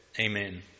Amen